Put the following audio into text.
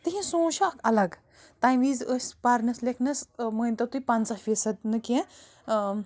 تہنٛز سونٛچ چھِ اَکھ الگ تَمہِ وزۍ ٲسۍ پرنَس لیٚکھنَس ٲں مٲنۍ تو تُہۍ پنٛژاہ فیٖصد نہٕ کیٚنٛہہ ٲں